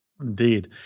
Indeed